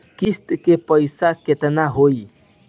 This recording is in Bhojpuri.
किस्त के पईसा केतना होई?